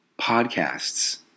podcasts